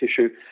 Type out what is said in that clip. tissue